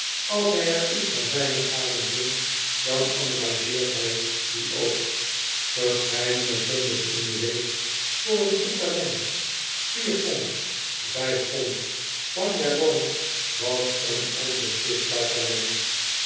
als hij er iets van zijne gading vindt dan engageert bij dien ook verscheiden ponden in do week voor een goed talent vier pond vijf pond banja bones was een onbetwistbaar talent